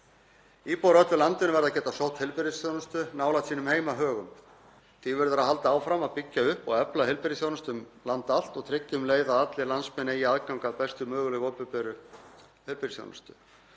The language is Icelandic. Íbúar á öllu landinu verða að geta sótt heilbrigðisþjónustu nálægt sínum heimahögum. Því verður að halda áfram að byggja upp og efla heilbrigðisþjónustu um land allt og tryggja um leið að allir landsmenn eigi aðgang að bestu mögulegu opinberu heilbrigðisþjónustu.